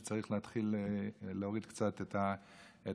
שצריך להתחיל להוריד קצת את הלהבות,